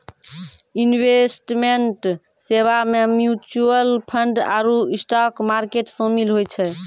investment सेबा मे mutual fund आरु स्टाक मार्केट शामिल होय छै